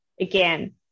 again